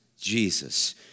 jesus